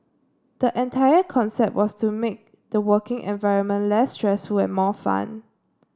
the entire concept was to make the working environment less stressful and more fun